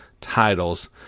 titles